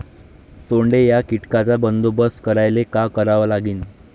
सोंडे या कीटकांचा बंदोबस्त करायले का करावं लागीन?